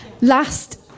Last